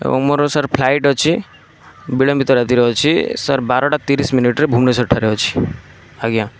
ଏବଂ ମୋର sir flight ଅଛି ବିଳମ୍ବିତ ରାତିରେ ଅଛି ସାର୍ ବାରଟା ତିରିଶ ମିନିଟ୍ରେ ଭୁବନେଶ୍ୱର ଠାରେ ଅଛି ଆଜ୍ଞା